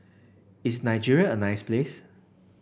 is Nigeria a nice place